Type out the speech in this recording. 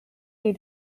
wir